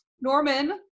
Norman